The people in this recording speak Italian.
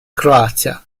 croazia